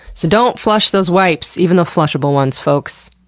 so don't flush those wipes, even the flushable ones, folks.